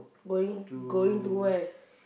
going going to where